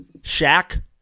Shaq